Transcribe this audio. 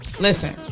listen